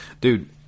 Dude